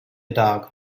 dog